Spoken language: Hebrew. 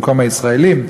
במקום הישראלים,